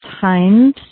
times